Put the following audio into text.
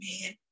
man